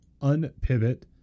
unpivot